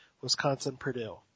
Wisconsin-Purdue